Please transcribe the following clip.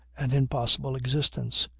an impossible existence.